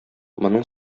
моның